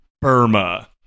Burma